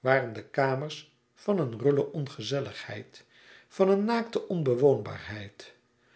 waren de kamers van een rulle ongezelligheid van een naakte onbewoonbaarheid